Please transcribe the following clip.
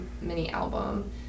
mini-album